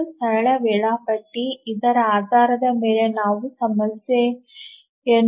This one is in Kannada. ಇದು ಸರಳ ವೇಳಾಪಟ್ಟಿ ಇದರ ಆಧಾರದ ಮೇಲೆ ನಾವು ಸಮಸ್ಯೆಯನ್ನು ಮಾಡುತ್ತೇವೆ